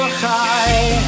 high